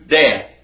death